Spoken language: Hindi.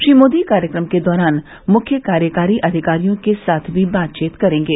श्री मोदी कार्यक्रम के दौरान मुख्य कार्यकारी अधिकारियों के साथ भी बातचीत करेंगे